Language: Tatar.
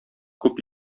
күп